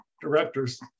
directors